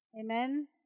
amen